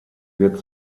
wird